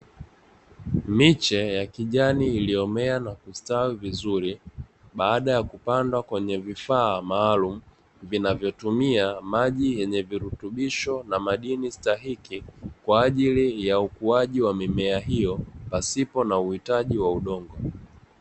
Miche ya kijani iliyomea na kustawi vizuri baada ya kupandwa kwenye vifaa maalumu, yanayotumia maji yenye virutubisho kwa ajili ya ukuuaji wa mimea hyo pasipo na uhitaji wa udongo.